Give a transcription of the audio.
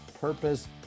purpose